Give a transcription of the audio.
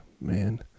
man